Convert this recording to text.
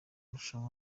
mashuri